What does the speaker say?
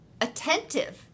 attentive